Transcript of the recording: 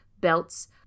belts